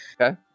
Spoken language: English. Okay